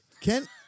Ken